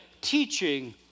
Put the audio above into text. teaching